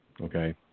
okay